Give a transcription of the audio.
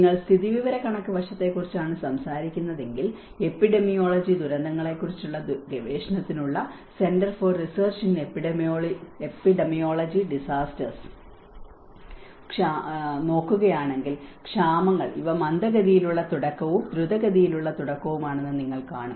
നിങ്ങൾ സ്ഥിതിവിവരക്കണക്ക് വശത്തെക്കുറിച്ചാണ് സംസാരിക്കുന്നതെങ്കിൽ എപ്പിഡെമിയോളജി ദുരന്തങ്ങളെക്കുറിച്ചുള്ള ഗവേഷണത്തിനുള്ള CRED centre for research in epidemiology disasters നിങ്ങൾ നോക്കുകയാണെങ്കിൽ ക്ഷാമങ്ങൾ ഇവ മന്ദഗതിയിലുള്ള തുടക്കവും ദ്രുതഗതിയിലുള്ള തുടക്കവുമാണെന്ന് നിങ്ങൾ കാണും